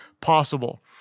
possible